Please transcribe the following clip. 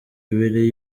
ibiri